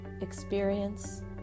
experience